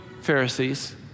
Pharisees